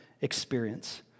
experience